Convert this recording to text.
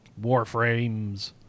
Warframes